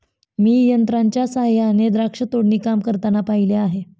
मी यंत्रांच्या सहाय्याने द्राक्ष तोडणी काम करताना पाहिले आहे